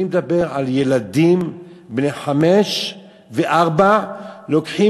אני מדבר על ילדים בני חמש וארבע שלוקחים